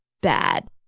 bad